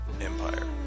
empire